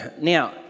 Now